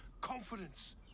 confidence